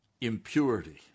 impurity